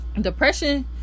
depression